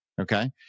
okay